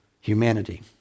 humanity